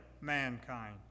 mankind